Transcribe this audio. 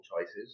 choices